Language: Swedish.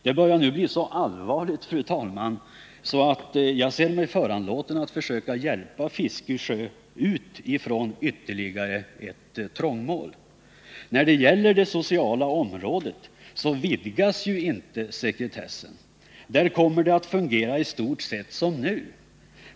Det börjar nu bli så allvarligt, fru talman, att jag ser mig föranlåten att försöka hjälpa Bertil Fiskesjö ut ifrån ytterligare ett trångmål. När det gäller det sociala området vidgas ju inte sekretessen. Det kommer att fungera i stort sett som nu.